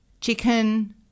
chicken